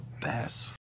best